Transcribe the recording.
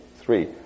three